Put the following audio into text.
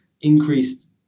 increased